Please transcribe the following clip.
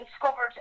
discovered